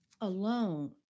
Alone